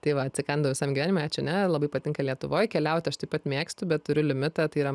tai va atsikandau visam gyvenimui ačiū ne labai patinka lietuvoj keliauti aš taip pat mėgstu bet turiu limitą tai yra